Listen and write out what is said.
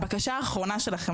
הבקשה האחרונה שלכם,